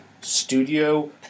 studio